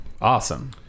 awesome